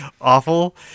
awful